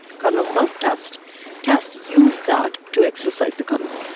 kernel self-test, test use that to exercise the kernel.